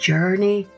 Journey